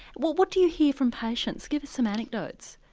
well what do you hear from patients, give us some anecdotes.